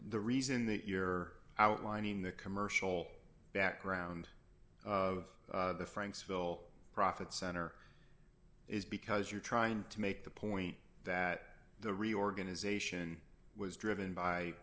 the reason that you're outlining the commercial background of frank's ville profit center is because you're trying to make the point that the reorganization was driven by